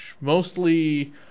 Mostly